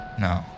No